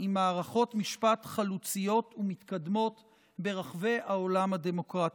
עם מערכות משפט חלוציות ומתקדמות ברחבי העולם הדמוקרטי.